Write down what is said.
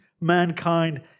mankind